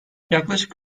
yaklaşık